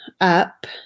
up